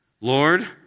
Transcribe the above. Lord